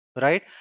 right